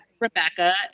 Rebecca